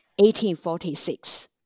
1846